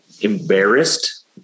embarrassed